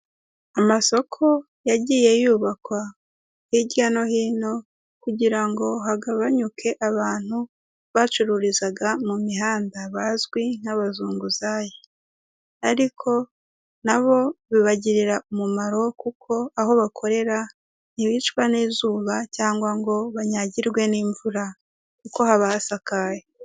Amasoko yagiye yubakwa hirya no hino kugira ngo hagabanyuke abantu bacururizaga mu mihanda bazwi nk'abazunguzayi, ariko na bo bibagirira umumaro kuko aho bakorera ntibicwa n'izuba cyangwa ngo banyagirwe n'imvura kuko haba hasakaye.